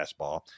fastball